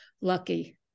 lucky